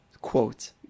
quote